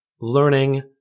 learning